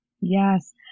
Yes